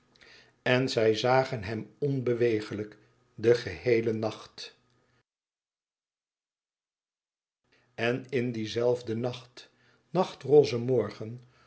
en zij zagen hem onbewegelijk den geheelen nacht en in dien zelfden nacht nachtroze morgen